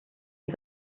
die